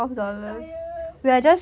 very tired